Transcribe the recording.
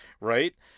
right